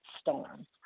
storm